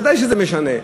ודאי שזה משנה.